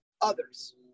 others